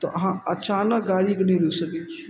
तऽ अहाँ अचानक गाड़ीके नहि रोकि सकय छियै